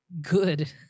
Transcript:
good